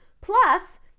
Plus